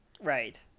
Right